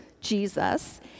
Jesus